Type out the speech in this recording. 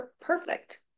perfect